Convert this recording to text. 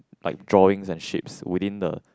like drawings and shapes within the